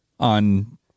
On